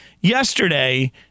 Yesterday